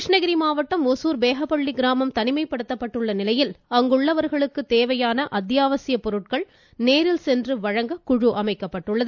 கிருஷ்ணகிரி மாவட்டம் ஒசூர் பேகப்பள்ளி கிராமம் தனிமைப்படுத்தப்பட்டுள்ள நிலையில் அங்குள்ளவர்களுக்கு தேவையான அத்தியாவசியப் பொருட்களை நேரில் சென்று வழங்க குழு அமைக்கப்பட்டுள்ளது